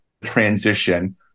transition